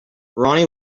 ronnie